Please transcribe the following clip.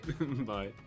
bye